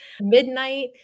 Midnight